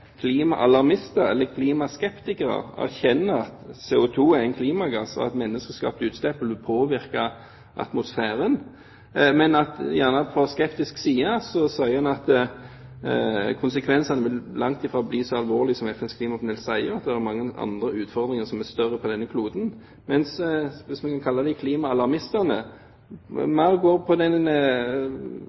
eller klimaskeptikere, erkjenner at CO2 er en klimagass, og at menneskeskapte utslipp vil påvirke atmosfæren. På skeptikernes side sier en at konsekvensene langt fra vil bli så alvorlige som FNs klimapanel sier, at det er mange andre utfordringer som er større på denne kloden, mens klimaalarmistene – hvis vi kan kalle dem det – mer er i den